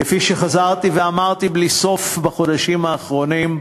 כפי שחזרתי ואמרתי בלי סוף בחודשים האחרונים.